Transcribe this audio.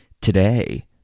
Today